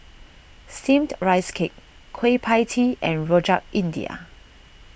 Steamed Rice Cake Kueh Pie Tee and Rojak India